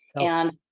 and,